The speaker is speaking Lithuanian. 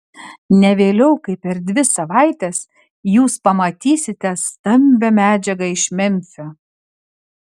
ne vėliau kaip per dvi savaites jūs pamatysite stambią medžiagą iš memfio